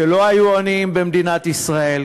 לא היו עניים במדינת ישראל,